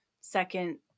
second